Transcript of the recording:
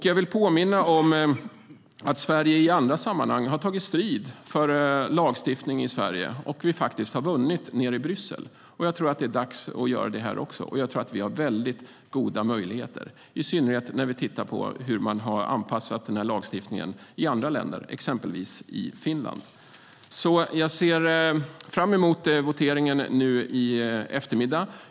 Jag vill påminna om att Sverige i andra sammanhang har tagit strid för lagstiftning i Sverige, och vi har faktiskt vunnit nere i Bryssel. Jag tror att det är dags att göra det här också. Och jag tror att vi har goda möjligheter, i synnerhet när vi tittar på hur man har anpassat den här lagstiftningen i andra länder, exempelvis i Finland. Jag ser fram emot voteringen nu i eftermiddag.